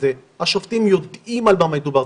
השופטים יודעים על מה מדובר,